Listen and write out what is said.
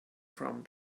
from